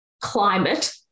climate